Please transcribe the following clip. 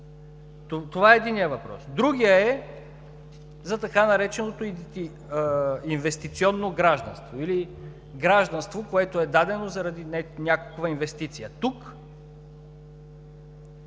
Това е единият въпрос. Другият е за така нареченото инвестиционно гражданство или гражданство, което е дадено заради някаква инвестиция. Тук